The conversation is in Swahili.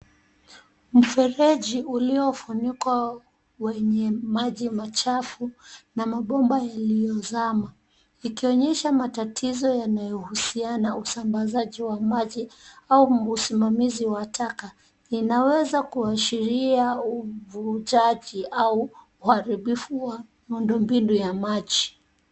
Mfereji uliofunikwa wenye maji machafu na mabomba yaliyozama ikionyesha matatizo yanayohusiana na usambasaji wa maji au msimamizi wa taka. Inaweza kuashiria uvutaji au uharibifu wa miundo mbinu ya maji.